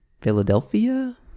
Philadelphia